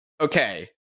Okay